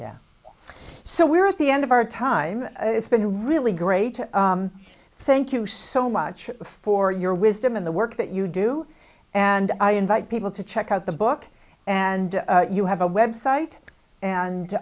yeah so whereas the end of our time it's been a really great thank you so much for your wisdom in the work that you do and i invite people to check out the book and you have a web site and